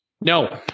No